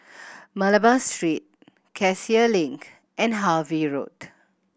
Malabar Street Cassia Link and Harvey Road